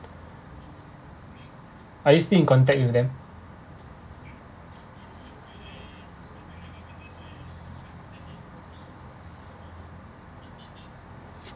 are you still in contact with them